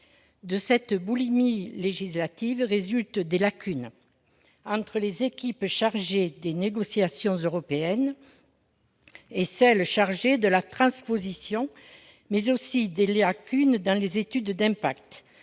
De cette boulimie législative résultent des failles dans les relations entre les équipes chargées des négociations européennes et celles qui ont la charge de la transposition, mais aussi des lacunes dans les études d'impact.